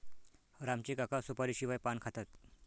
राम चे काका सुपारीशिवाय पान खातात